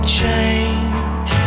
change